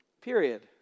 Period